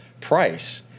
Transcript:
price